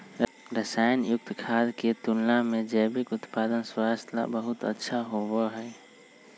रसायन युक्त खाद्य के तुलना में जैविक उत्पाद स्वास्थ्य ला बहुत अच्छा होबा हई